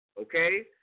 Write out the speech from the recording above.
Okay